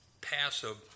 passive